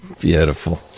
Beautiful